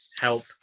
help